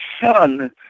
son